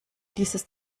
dieses